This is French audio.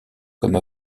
comme